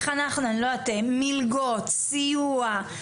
מלגות, סיוע,